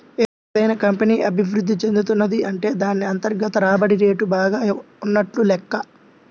ఏదైనా కంపెనీ అభిరుద్ధి చెందుతున్నది అంటే దాన్ని అంతర్గత రాబడి రేటు బాగా ఉన్నట్లు లెక్క